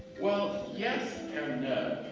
well, yes and